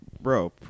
bro